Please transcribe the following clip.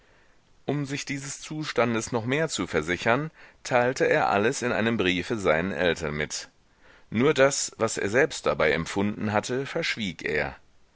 um sich dieses zustandes noch mehr zu versichern teilte er alles in einem briefe seinen eltern mit nur das was er selbst dabei empfunden hatte verschwieg er